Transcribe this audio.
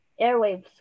Airwaves